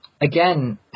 Again